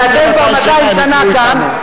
כי אתם כבר 200 שנה כאן,